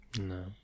No